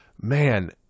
man